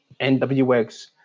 NWX